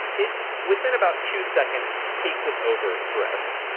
it's within about two seconds, takes it over forever.